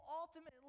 ultimately